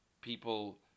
people